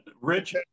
Rich